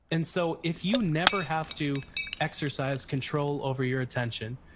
and so if you never have to exercise control over your attention,